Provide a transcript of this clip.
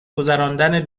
گذراندن